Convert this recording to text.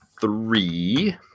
three